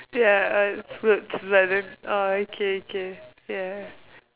ya I flipped but then orh okay okay ya